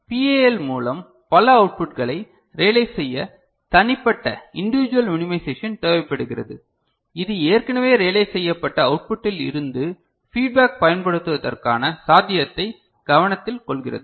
PAL மூலம் பல அவுட்புட்களை ரியலைஸ் செய்ய தனிப்பட்ட இன்டிவிஜுவல் மினிமைசேஷன் தேவைப்படுகிறது இது ஏற்கனவே ரியலைஸ் செய்யப்பட்ட அவுட்புட்டில் இருந்து ஃபீட்பேக் பயன்படுத்துவதற்கான சாத்தியத்தை கவனத்தில் கொள்கிறது